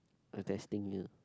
I testing you